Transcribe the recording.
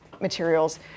materials